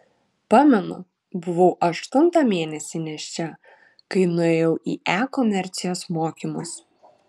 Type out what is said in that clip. pamenu buvau aštuntą mėnesį nėščia kai nuėjau į e komercijos mokymus